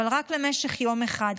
אבל רק למשך יום אחד,